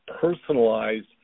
personalized